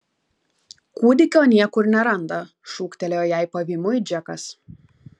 kūdikio niekur neranda šūktelėjo jai pavymui džekas